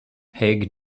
hague